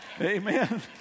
Amen